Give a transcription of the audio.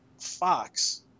Fox –